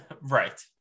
Right